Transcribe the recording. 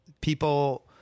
people